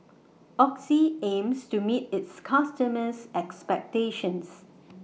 Oxy aims to meet its customers' expectations